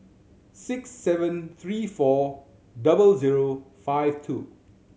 six seven three four double zero five two